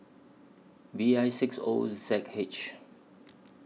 V I six O Z H